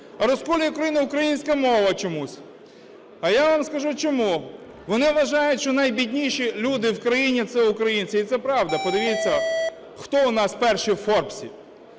розклює Україну українська мова чомусь. А я вам скажу чому. Вони вважають, що найбідніші люди в країні – це українці. І це правда. Подивіться, хто у нас перший у "Форбсі".